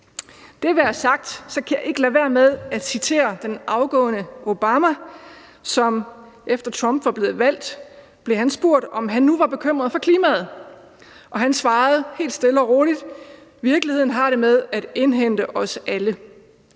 Det være sagt kan jeg ikke lade være med at citere den afgående Obama, som efter at Trump var blevet valgt, blev spurgt, om han nu var bekymret for klimaet, og som helt stille og roligt svarede: Virkeligheden har det med at indhente os alle.